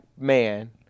man